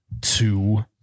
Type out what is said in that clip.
two